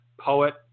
poet